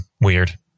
weird